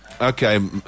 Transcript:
Okay